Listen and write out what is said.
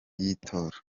y’itora